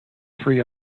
free